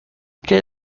que